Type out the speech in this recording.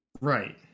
Right